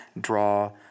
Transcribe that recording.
draw